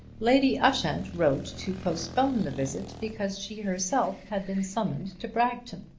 lady ushant wrote to postpone the visit because she herself had been summoned to bragton.